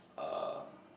uh